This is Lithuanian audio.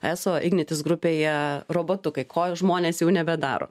eso ignitis grupėje robotukai ko žmonės jau nebedaro